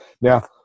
now